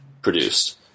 produced